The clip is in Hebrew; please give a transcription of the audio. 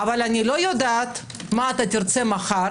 אבל אני לא יודעת מה תרצה מחר,